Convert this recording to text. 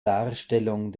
darstellung